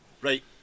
Right